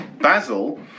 Basil